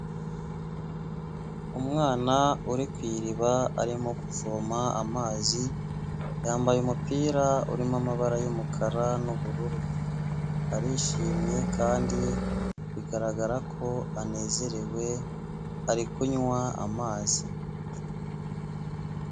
Umwana uri ku iriba arimo kuvoma amazi yambaye umupira urimo amabara y'umukara n'ubururu, arishimye kandi bigaragara ko anezerewe, ari kunywa amazi.